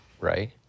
right